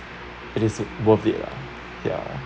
it is worth it lah ya